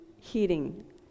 heating